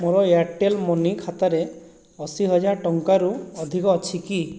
ମୋର Airtel money ଖାତାରେ ଅଶୀ ହଜାର ଟଙ୍କାରୁ ଅଧିକ ଅଛି କି